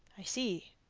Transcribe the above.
i see,